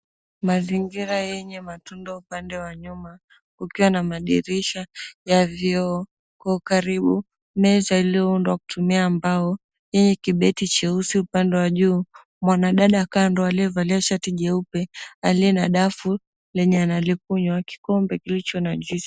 Mazingira yenye matunda upande wa nyuma kukiwa na madirisha ya vioo. Kwa ukaribu, meza iliyoundwa kutumia mbao yenye kibeti cheusi upande wa juu. Mwanadada kando aliyevalia shati jeupe, aliye na dafu lenye analikunywa, kikombe kilicho na juisi.